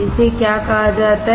इसे क्या कहा जाता है